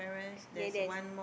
then there's